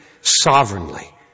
sovereignly